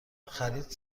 خرید